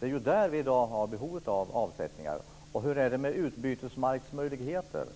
Det är ju där det i dag finns ett behov av avsättningar. Och hur är det med utbytesmarksmöjligheter?